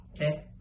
Okay